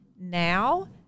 now